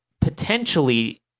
potentially